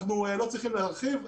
אנחנו לא צריכים להרחיב,